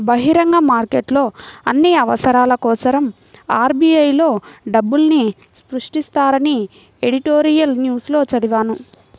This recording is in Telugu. బహిరంగ మార్కెట్లో అన్ని అవసరాల కోసరం ఆర్.బి.ఐ లో డబ్బుల్ని సృష్టిస్తారని ఎడిటోరియల్ న్యూస్ లో చదివాను